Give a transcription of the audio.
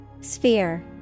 Sphere